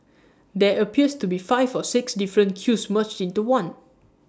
there appears to be five or six different queues merged into one